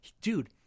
dude